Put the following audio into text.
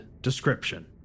description